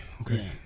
Okay